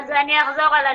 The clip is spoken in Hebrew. אז אני אחזור על עצמי.